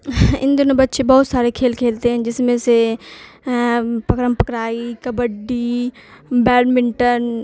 ان دنوں بچے بہت سارے کھیل کھیلتے ہیں جس میں سے پکرم پکڑائی کبڈی بیڈمنٹن